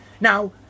Now